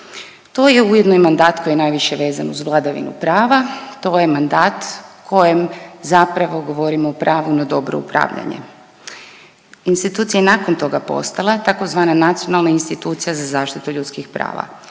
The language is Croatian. To je ujedno i mandat koji je najviše vezan uz vladavinu prava. To je mandat u kojem zapravo govorimo o pravu na dobro upravljanje. Institucija je nakon toga postala tzv. nacionalna institucija za zaštitu ljudskih prava,